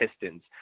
Pistons